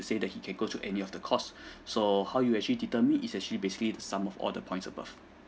to say that he can go to any of the course so how you actually determined is actually basically the sum of all the points above